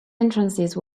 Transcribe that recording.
entrances